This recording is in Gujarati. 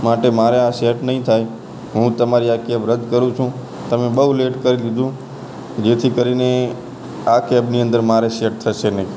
માટે મારે આ સેટ નહીં થાય હું તમારી આ કેબ રદ્દ કરું છું તમે બહુ લેટ કરી દીધું જેથી કરીને આ કેબની અંદર મારે સેટ થશે નહીં